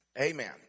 Amen